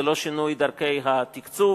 זה לא שינוי דרכי התקצוב.